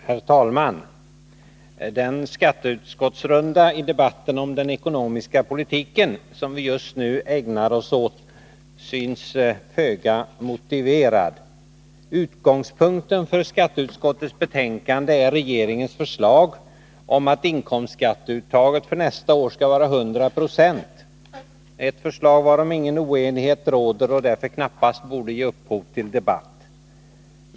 Herr talman! Den skatteutskottsrunda i debatten om den ekonomiska politiken som vi just nu ägnar oss åt synes föga motiverad. Utgångspunkten för skatteutskottets betänkande är regeringens förslag om att statlig inkomstskatt för nästa budgetår skall ingå i preliminär skatt med 100 26 av grundbeloppet. Det är ett förslag varom ingen oenighet råder och som därför knappast borde ge upphov till debatt.